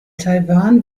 taiwan